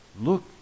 Look